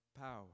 power